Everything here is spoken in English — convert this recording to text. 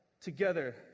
together